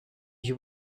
you